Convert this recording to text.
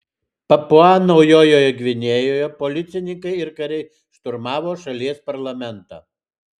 papua naujojoje gvinėjoje policininkai ir kariai šturmavo šalies parlamentą